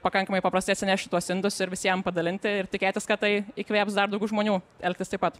pakankamai paprastai atsinešti tuos indus ir visiem padalinti ir tikėtis kad tai įkvėps dar daug žmonių elgtis taip pat